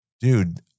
Dude